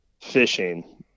fishing